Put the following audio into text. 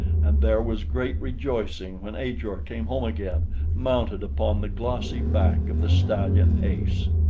and there was great rejoicing when ajor came home again mounted upon the glossy back of the stallion ace.